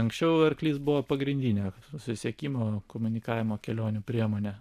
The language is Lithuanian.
anksčiau arklys buvo pagrindinė susisiekimo komunikavimo kelionių priemonė